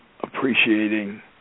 appreciating